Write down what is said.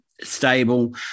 Stable